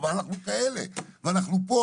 אבל אנחנו כאלה ואנחנו פה,